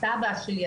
הסבא שלי,